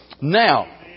Now